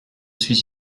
suis